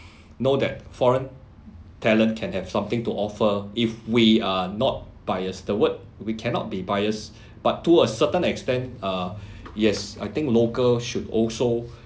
know that foreign talent can have something to offer if we are not buyers the word we cannot be biased but to a certain extent uh yes I think local should also